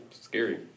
scary